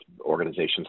organizations